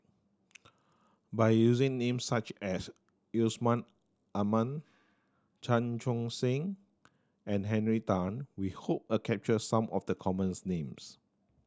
by using names such as Yusman Aman Chan Chun Sing and Henry Tan we hope a capture some of the commons names